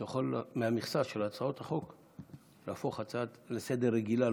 אתה יכול מהמכסה של הצעות החוק להפוך הצעה לסדר-היום רגילה,